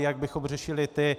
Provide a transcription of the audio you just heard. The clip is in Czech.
Jak bychom řešili ty?